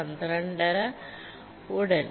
5 ഉടൻ